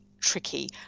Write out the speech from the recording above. tricky